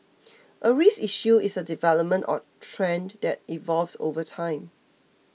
a risk issue is a development or trend that evolves over time